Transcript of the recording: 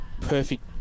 perfect